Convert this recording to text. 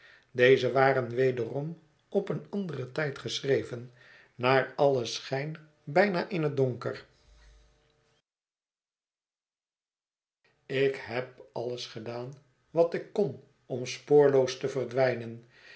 deze waren wederom op een anderen tijd geschreven naar allen schijn bijna in het donker ik heb alles gedaan wat ik kon om spoorloos te verdwijnen